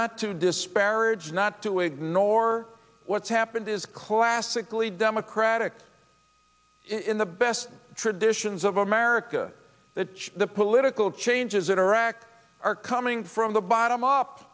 not to disparage not to ignore what's happened is classically democratic in the best traditions of america that the political changes interact are coming from the bottom up